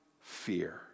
fear